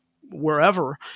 wherever